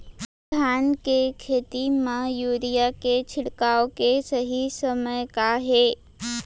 धान के खेती मा यूरिया के छिड़काओ के सही समय का हे?